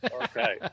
Okay